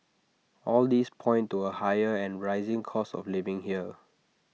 all these point to A higher and rising cost of living here